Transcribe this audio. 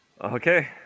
okay